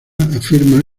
afirma